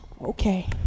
Okay